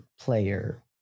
player